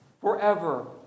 forever